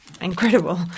incredible